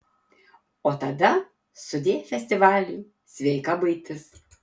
o tada sudie festivaliai sveika buitis